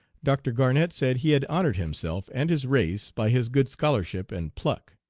dr. garnett said he had honored himself and his race by his good scholarship and pluck.